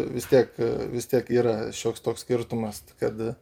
vis tiek vis tiek yra šioks toks skirtumas kad